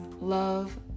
love